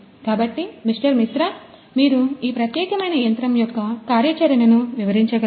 కాబట్టి మిస్టర్ మిశ్రా మీరు ఈ ప్రత్యేకమైన యంత్రం యొక్క కార్యాచరణను వివరించగలరా